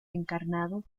encarnado